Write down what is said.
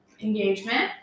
engagement